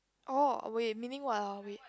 oh wait meaning while we